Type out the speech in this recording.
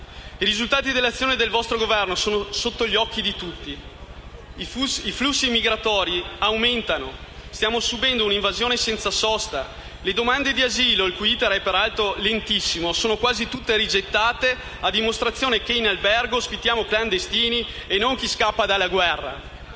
I risultati dell'azione del vostro Governo sono sotto gli occhi di tutti: i flussi migratori aumentano e stiamo subendo un'invasione senza sosta. Le domande di asilo, il cui *iter* è peraltro lentissimo, sono quasi tutte rigettate, a dimostrazione che in albergo ospitiamo clandestini e non chi scappa dalla guerra.